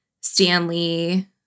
Stanley